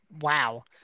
wow